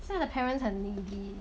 现在的 parents 很 needy